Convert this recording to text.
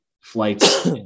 flights